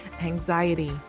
anxiety